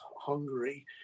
Hungary